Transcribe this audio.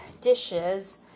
dishes